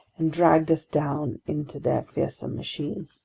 and dragged us down into their fearsome machine.